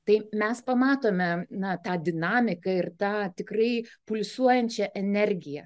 tai mes pamatome na tą dinamiką ir tą tikrai pulsuojančia energija